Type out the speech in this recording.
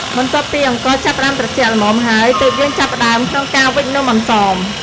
បន្ទាប់ពីអង្ករចាប់ផ្តើមត្រជាក់ល្មមហើយ ទើបយើងចាប់ផ្តើមក្នុងការវេចនំអន្សម។